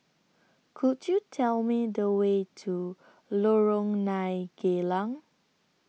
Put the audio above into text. Could YOU Tell Me The Way to Lorong nine Geylang